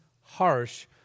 harsh